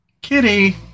Kitty